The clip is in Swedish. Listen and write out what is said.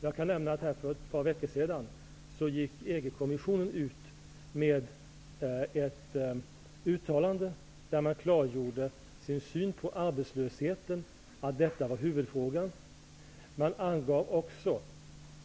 Jag kan nämna att EG-kommissionen för några veckor sedan gjorde ett uttalande där man klargjorde sin syn på arbetslösheten som en huvudfråga.